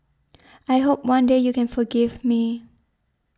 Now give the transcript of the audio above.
I hope one day you can forgive me